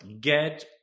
get